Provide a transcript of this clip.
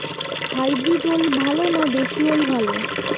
Hybrid ওল ভালো না দেশী ওল ভাল?